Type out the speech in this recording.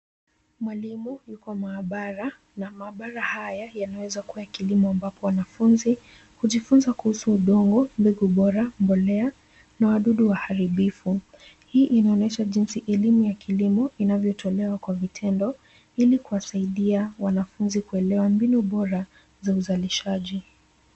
Mwalimu yuko maabara na maabara haya yanaweza kuwa ya kilimo ambapo wanafunzi hujifunza kuhusu udongo, mbegu bora, mbolea na wadudu waharibifu. Hii inaonyesha jinsi elimu ya kilimo inavyotolewa kwa vitendo ili kuwasaidia wanafunzi kuelewa mbinu bora za uzalishaji.